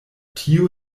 tio